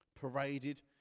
paraded